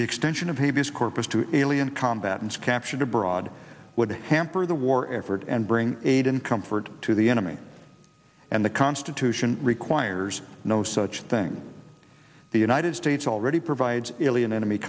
extension of habeas corpus to alien combat and captured abroad would hamper the war effort and bring aid and comfort to the enemy and the constitution requires no such thing the united states already provides alien enemy